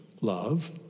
love